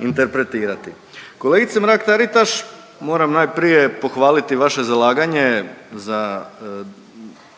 interpretirati. Kolegice Mrak-Taritaš, moram najprije pohvaliti vaše zalaganje za